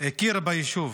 הכירה ביישוב.